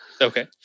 Okay